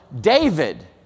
David